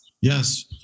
Yes